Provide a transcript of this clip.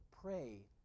pray